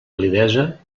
validesa